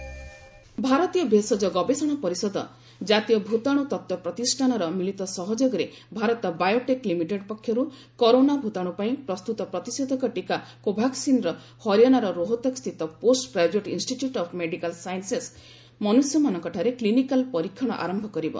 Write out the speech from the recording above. କୋଭାସ୍କିନ୍ ଭାରତୀୟ ଭେଷଜ ଗବେଷଣା ପରିଷଦ କାତୀୟ ଭୂତାଣୁ ତତ୍ତ୍ୱ ପ୍ରତିଷ୍ଠାନର ମିଳିତ ସହଯୋଗରେ ଭାରତ ବାୟୋଟେକ୍ ଲିମିଟେଡ୍ ପକ୍ଷର କରୋନା ଭୂତାଣୁ ପାଇଁ ପ୍ରସ୍ତୁତ ପ୍ରତିଷେଧକ ଟୀକା କୋଭାସ୍କିନ୍ର ହରିୟାଣାର ରୋହତକ୍ ସ୍ଥିତ post graduate institute of medical sciences ମନୁଷ୍ୟମାନଙ୍କଠାରେ କ୍ଲିନିକାଲ୍ ପରୀକ୍ଷଣ ଆରମ୍ଭ କରିବ